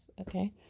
Okay